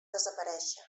desaparèixer